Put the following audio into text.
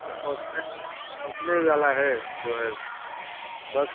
बस पहुँचने पहुँचने ही वाला है जो है बस